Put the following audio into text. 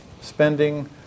spending